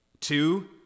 Two